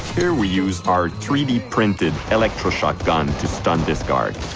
here we use our three d printed electroshock gun to stun this guard.